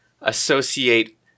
associate